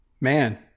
Man